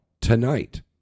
tonight